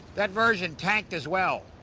that version tanked, as well,